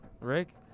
Rick